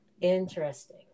Interesting